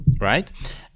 right